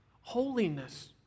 Holiness